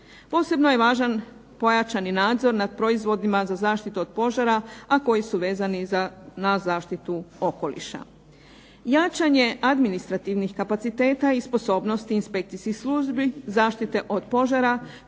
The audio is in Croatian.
Posebno je važan pojačani nadzor nad proizvodima za zaštitu od požara, a koji su vezani na zaštitu okoliša. Jačanje administrativnih kapaciteta i sposobnosti inspekcijskih službi zaštite od požara